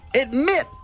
admit